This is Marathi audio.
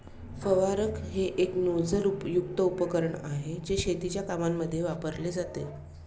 फवारक हे एक नोझल युक्त उपकरण आहे, जे शेतीच्या कामांमध्ये वापरले जाते